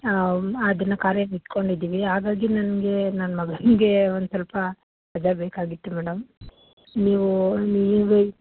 ಹಾಂ ಅದನ್ನು ಕಾರ್ಯಕ್ಕೆ ಇಟ್ಕೊಂಡಿದೀವಿ ಹಾಗಾಗಿ ನನಗೆ ನನ್ನ ಮಗನ್ಗೆ ಒಂದು ಸ್ವಲ್ಪ ರಜಾ ಬೇಕಾಗಿತ್ತು ಮೇಡಮ್ ನೀವೂ ನೀವೇ